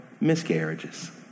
miscarriages